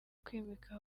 kwimika